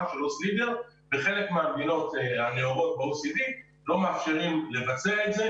בחלק מהמדינות הנאורות ב-OECD לא מאפשרים לבצע את זה